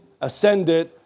ascended